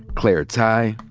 claire tighe,